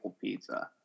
pizza